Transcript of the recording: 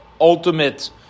ultimate